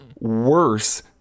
worse